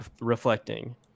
reflecting